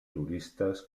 turistes